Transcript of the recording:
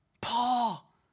Paul